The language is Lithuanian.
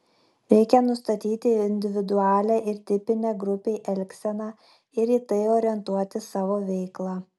reikia nustatyti individualią ar tipinę grupei elgseną ir į tai orientuoti savo veiklą